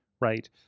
right